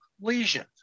Lesions